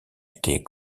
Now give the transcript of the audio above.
était